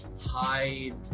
hide